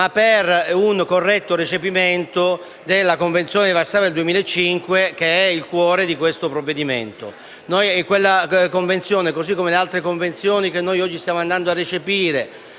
ma per un corretto recepimento della Convenzione di Varsavia del 2005, che è il cuore del provvedimento in esame. Quella Convenzione, così come le altre che stiamo andando a recepire,